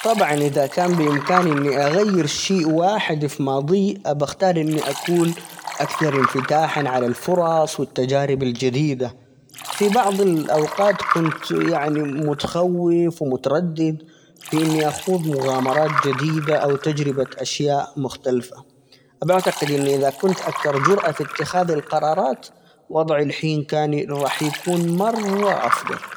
طبعًا إذا كان بإمكاني إني أغير شيء واحد في ماضي، بختار إني أكون أكثر انفتاحًا على الفرص ،والتجارب الجديدة ، في بعض الأوقات كنت يعني متخوف ،ومتردد في إني أخوض مغامرات جديدة ،أو تجربة أشياء مختلفة بأعتقد إني إذا كنت أكثر جرأة في إتخاذ القرارات وضعي الحين كان راح يكون مرة أفضل.